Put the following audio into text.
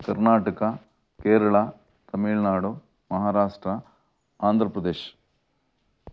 Karnataka Kerala Tamil Nadu Maharashtra Andhra Pradesh